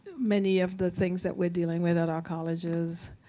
many of the things that we're dealing with at our colleges.